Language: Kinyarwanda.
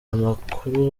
amakuru